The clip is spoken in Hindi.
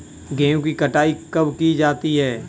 गेहूँ की कटाई कब की जाती है?